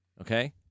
okay